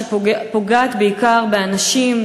שפוגעת בעיקר באנשים,